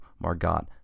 Margot